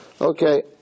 Okay